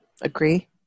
agree